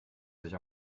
sich